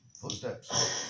footsteps